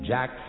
Jack